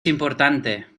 importante